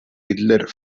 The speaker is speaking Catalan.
hitler